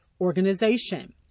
organization